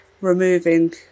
removing